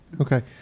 Okay